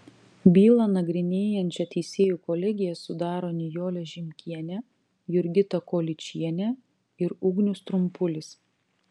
bylą nagrinėjančią teisėjų kolegiją sudaro nijolė žimkienė jurgita kolyčienė ir ugnius trumpulis